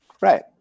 Right